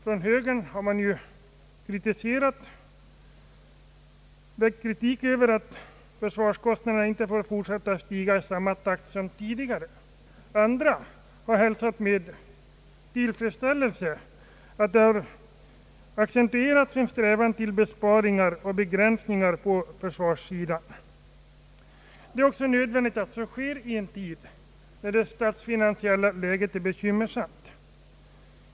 Från högerns sida har man uttalat kritik över att försvarskostnaderna inte får fortsätta att stiga i samma takt som tidigare. Andra har hälsat med tillfredsställelse att en strävan till besparingar och begränsningar på försvarssidan accentuerats. Det är också nödvändigt att så sker i en tid när det statsfinansiella läget är bekymmersamt.